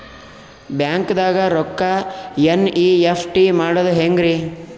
ಬ್ಯಾಂಕ್ದಾಗ ರೊಕ್ಕ ಎನ್.ಇ.ಎಫ್.ಟಿ ಮಾಡದ ಹೆಂಗ್ರಿ?